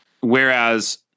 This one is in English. Whereas